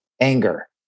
anger